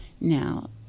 Now